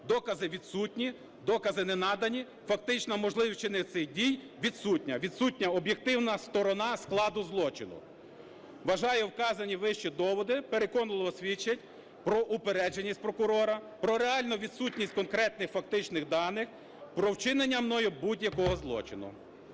Докази відсутні, докази не надані, фактично можливість вчинення цих дій відсутня, відсутня об'єктивна сторона складу злочину. Вважаю, вказані вище доводи переконливо свідчать про упередженість прокурора, про реальну відсутність конкретних фактичних даних про вчинення мною будь-якого злочину.